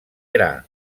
gra